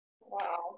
wow